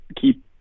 keep